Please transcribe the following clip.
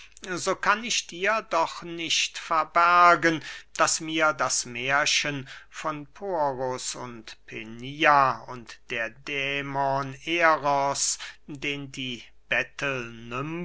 so kann ich dir doch nicht verbergen daß mir das mährchen von poros und penia und der dämon eros den die